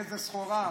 איזו סחורה.